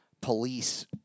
police